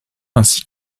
ainsi